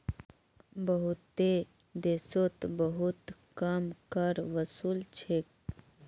बहुतेते देशोत बहुत कम कर वसूल छेक